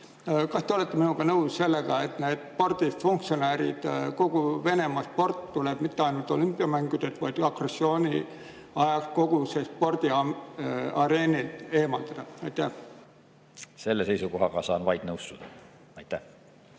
Kas te olete minuga nõus, et ka spordifunktsionäärid, kogu Venemaa sport tuleb mitte ainult olümpiamängudelt, vaid agressiooni ajaks kogu spordiareenilt eemaldada? Selle seisukohaga saan vaid nõustuda. Aitäh!